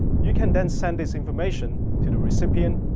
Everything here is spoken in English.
you can then send this information to the recipient,